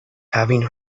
having